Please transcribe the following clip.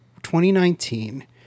2019